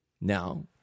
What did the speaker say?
now